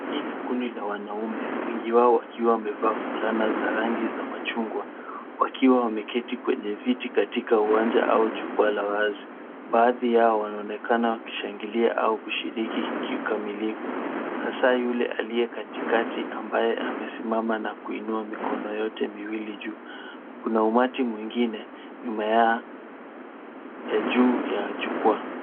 Hii ni kundi la wanaume, wengi wao wakiwa wamevaa fulana za rangi za machungwa, wakiwa wameketi kwenye viti katika uwanja au jukwaa la wazi baadhi yao wanaonekana wakishangilia au kushiriki kikamilifu, hasaa yule aliye katikati ambaye amesimama na kuinua mikono yote miwili juu. Kuna umati mwingine nyuma ya juu ya jukwaa.